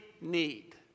need